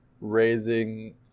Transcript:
raising